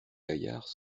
gaillards